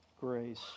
grace